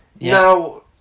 Now